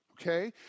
okay